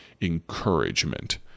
Encouragement